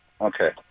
Okay